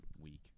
week